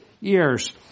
years